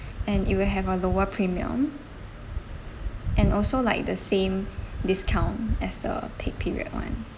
and it will have a lower premium and also like the same discount as the peak period [one]